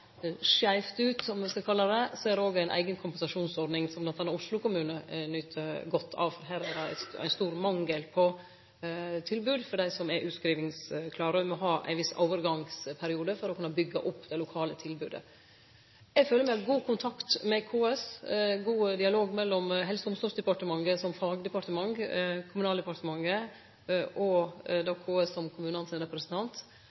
skeivt ut, om me skal kalle det det, er det òg ei eiga kompensasjonsordning, som bl.a. Oslo kommune nyt godt av. Her er det ein stor mangel på tilbod for dei som er utskrivingsklare. Me må ha ein viss overgangsperiode for å kunne byggje opp det lokale tilbodet. Eg føler at me har god kontakt med KS, og at det er god dialog mellom Helse- og omsorgsdepartementet som fagdepartement, Kommunaldepartementet og KS som kommunane sin representant.